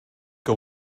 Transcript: que